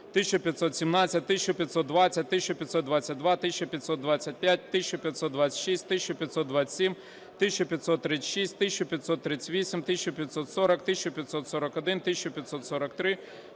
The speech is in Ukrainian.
1517, 1520, 1522, 1525, 1526, 1527, 1536, 1538, 1540, 1541, 1543,